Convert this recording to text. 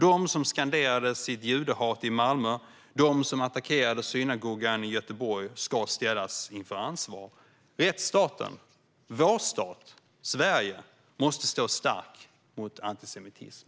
De som skanderade ut sitt judehat i Malmö och de som attackerade synagogan i Göteborg ska ställas till ansvar. Rättsstaten, vår stat, Sverige, måste stå stark mot antisemitism.